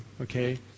okay